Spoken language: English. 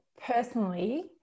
personally